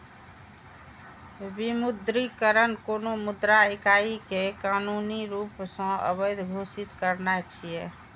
विमुद्रीकरण कोनो मुद्रा इकाइ कें कानूनी रूप सं अवैध घोषित करनाय छियै